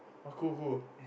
oh cool cool